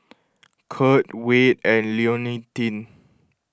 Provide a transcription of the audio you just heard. Curt Wayde and Leontine